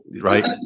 right